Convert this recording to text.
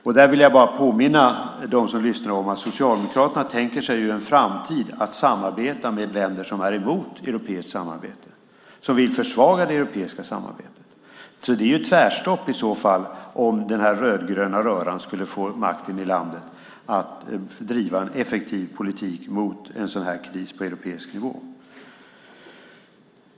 Jag vill bara påminna dem som lyssnar om att Socialdemokraterna i en framtid tänker sig att samarbeta med partier som är emot europeiskt samarbete, som vill försvaga det europeiska samarbetet. Det är tvärstopp om den rödgröna röran skulle få makten i landet när det gäller att driva en effektiv politik mot en sådan här kris på europeisk nivå.